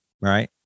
Right